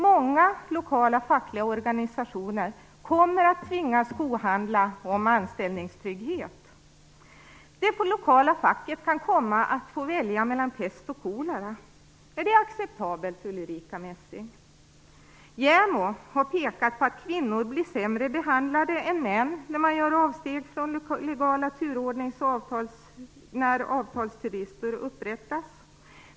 Många lokala fackliga organisationer kommer att tvingas kohandla om anställningstryggheten. Det lokala facket kan komma att få välja mellan kolera och pest. Är det acceptabelt, Ulrica Messing? JämO har pekat på att kvinnor blir sämre behandlade än män när avsteg görs från den legala turordningen och avtalsturlistor upprättas.